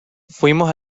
fuimos